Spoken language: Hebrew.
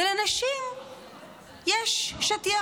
ולנשים יש שטיח